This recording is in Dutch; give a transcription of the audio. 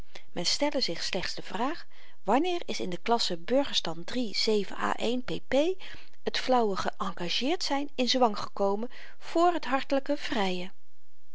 men stelle zich slechts de vraag wanneer is in de klasse burgerstand i a p het flauwe geëngageerd zyn in zwang gekomen voor t hartelyke vryen